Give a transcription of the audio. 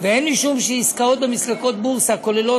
והן משום שעסקאות במסלקות בורסה כוללות